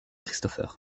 christopher